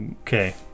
okay